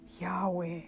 Yahweh